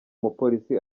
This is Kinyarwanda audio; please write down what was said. umupolisi